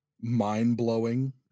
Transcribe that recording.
mind-blowing